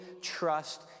trust